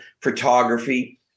photography